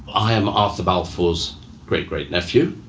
i'm arthur balfour's great great nephew,